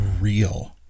real